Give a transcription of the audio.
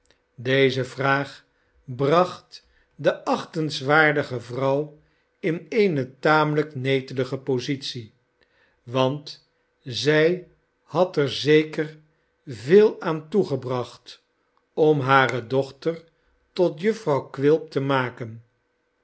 deze vraag bracht de achtenswaardige vrouw in eene tamelijk netelige positie want zij had er zeker veel aan toege bracht om hare dochter tot jufvrouw quilp te maken